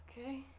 Okay